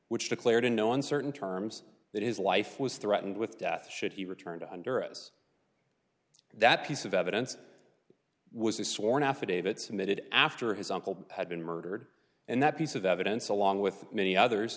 which declared in no uncertain terms that his life was threatened with death should he returned under us that piece of evidence was a sworn affidavit submitted after his uncle had been murdered and that piece of evidence along with many others